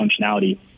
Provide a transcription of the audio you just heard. functionality